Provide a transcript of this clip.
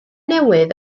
newydd